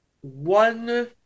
One